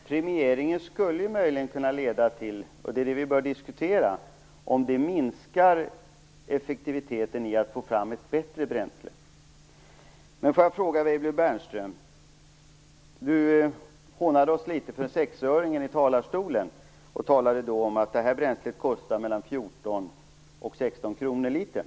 Herr talman! Premieringen skulle möjligen kunna leda till att effektiviteten minskar när det gäller att få fram ett bättre bränsle. Det är detta vi bör diskutera. Peter Weibull Bernström hånade oss litet i talarstolen för sexöringen. Han talade då om att det här bränslet kostar mellan 14 och 16 kr per liter.